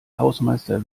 hausmeister